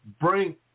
bring